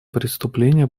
преступления